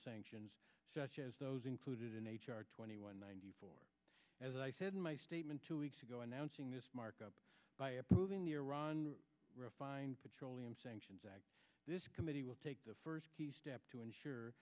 sanctions such as those included in h r twenty one ninety four as i said in my statement two weeks ago announcing this markup by approving the iran refined petroleum sanctions act this committee will take the first step to ensure